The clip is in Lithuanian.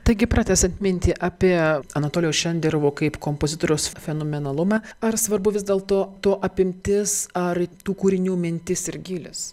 taigi pratęsiant mintį apie anatolijaus šenderovo kaip kompozitoriaus fenomenalumą ar svarbu vis dėlto to apimtis ar tų kūrinių mintis ir gylis